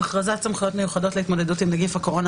"הכרזת סמכויות מיוחדות להתמודדות עם נגיף הקורונה